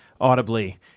audibly